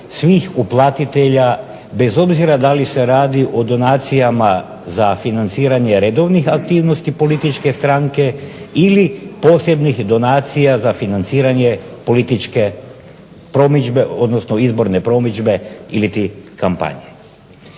svih uplatitelja bez obzira da li se radi o donacijama za financiranje redovnih aktivnosti političke stranke ili posebnih donacija za financiranje političke promidžbe, odnosno izborne promidžbe iliti kampanje.